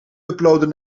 uploaden